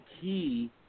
key